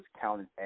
counted